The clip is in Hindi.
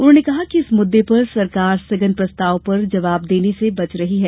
उन्होंने कहा कि इस मुद्दे पर सरकार स्थगन प्रस्ताव पर जवाब देने से बच रही है